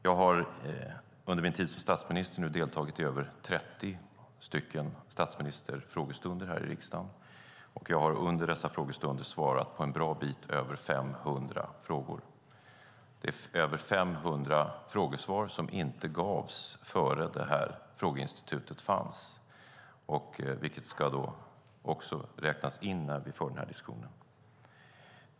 Jag har under min tid som statsminister nu deltagit i över 30 statsministerfrågestunder här i riksdagen, och jag har under dessa frågestunder svarat på en bra bit över 500 frågor. Det är över 500 frågesvar som inte gavs innan det här frågeinstitutet fanns. Det ska då också räknas in när vi för den här diskussionen.